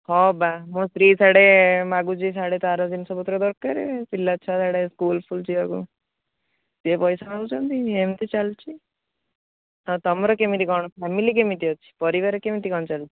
ହଁ ବା ମୋ ସ୍ତ୍ରୀ ସିୟାଡ଼େ ମାଗୁଛି ସିୟାଡ଼େ ତାର ଜିନିଷ ପତ୍ର ଦରକାରେ ପିଲା ଛୁଆ ଇୟାଡ଼େ ସ୍କୁଲ୍ ଫୁଲ୍ ଯିବାକୁ ସିଏ ପଇସା ମାଗୁଛନ୍ତି ଏମିତି ଚାଲିଛି ଆଉ ତୁମର କେମିତି କ'ଣ ଫ୍ୟାମିଲି କେମିତି ଅଛି ପରିବାର କେମିତି କ'ଣ ଚାଲିଛି